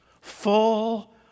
full